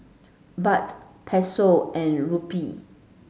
Baht Peso and Rupee